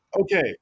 okay